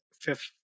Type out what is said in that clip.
fifth